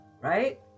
right